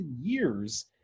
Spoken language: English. years